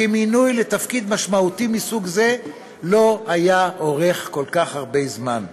כי מינוי לתפקיד משמעותי מסוג זה לא היה נמשך כל כך הרבה זמן.